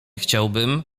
chciałbym